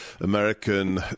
American